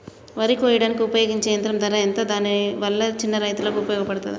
వరి కొయ్యడానికి ఉపయోగించే యంత్రం ధర ఎంత దాని వల్ల చిన్న రైతులకు ఉపయోగపడుతదా?